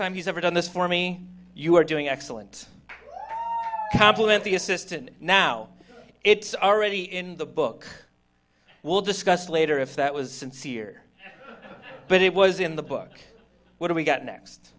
he's ever done this for me you are doing excellent compliment the assistant now it's already in the book we'll discuss later if that was sincere but it was in the book what do we got next